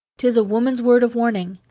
tis a woman's word of warning,